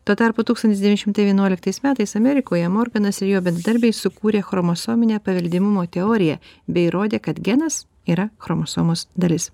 tuo tarpu tūkstantis devyni šimtai vienuoliktais metais amerikoje morganas ir jo bendradarbiai sukūrė chromosominę paveldimumo teoriją bei įrodė kad genas yra chromosomos dalis